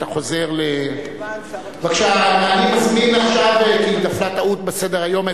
נפלה טעות בסדר-היום.